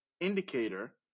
indicator